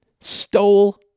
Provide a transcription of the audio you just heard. stole